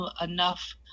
enough